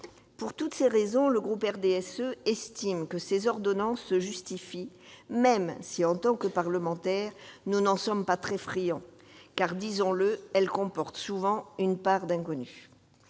Pour toutes ces raisons, le groupe du RDSE estime que ces ordonnances se justifient, même si, en tant que parlementaires, nous n'en sommes pas très friands, car, disons-le, elles comportent souvent une part d'inconnue.